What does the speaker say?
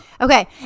Okay